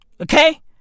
Okay